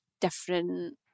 different